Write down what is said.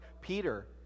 Peter